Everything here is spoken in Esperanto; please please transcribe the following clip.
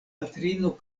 patrino